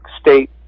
state